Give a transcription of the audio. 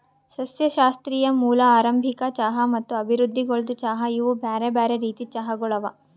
ಸಸ್ಯಶಾಸ್ತ್ರೀಯ ಮೂಲ, ಆರಂಭಿಕ ಚಹಾ ಮತ್ತ ಅಭಿವೃದ್ಧಿಗೊಳ್ದ ಚಹಾ ಇವು ಬ್ಯಾರೆ ಬ್ಯಾರೆ ರೀತಿದ್ ಚಹಾಗೊಳ್ ಅವಾ